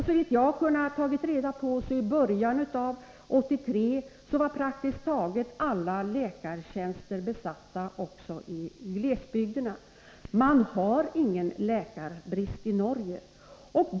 Såvitt jag har kunnat ta reda på var i början av 1983 praktiskt taget alla läkartjänster besatta också i glesbygderna. Man har ingen läkarbrist i Norge.